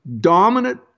dominant